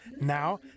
Now